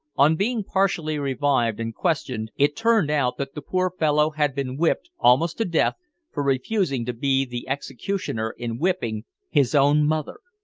on being partially revived and questioned, it turned out that the poor fellow had been whipped almost to death for refusing to be the executioner in whipping his own mother.